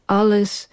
alles